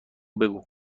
بگو